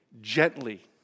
gently